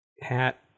hat